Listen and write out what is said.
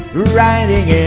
riding,